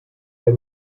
der